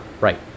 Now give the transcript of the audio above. right